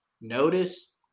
notice